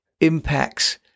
impacts